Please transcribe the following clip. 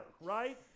right